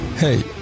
Hey